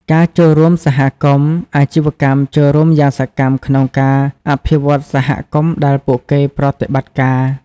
ការចូលរួមសហគមន៍ អាជីវកម្មចូលរួមយ៉ាងសកម្មក្នុងការអភិវឌ្ឍសហគមន៍ដែលពួកគេប្រតិបត្តិការ ។